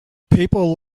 people